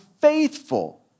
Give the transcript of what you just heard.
faithful